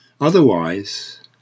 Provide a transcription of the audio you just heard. otherwise